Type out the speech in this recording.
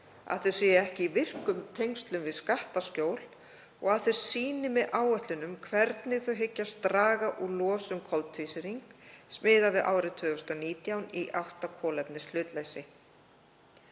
að þau séu ekki í virkum tengslum við skattaskjól og að þau sýni með áætlunum hvernig þau hyggjast draga úr losun koltvísýrings miðað við árið 2019 í átt að kolefnishlutleysi.